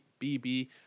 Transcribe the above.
BB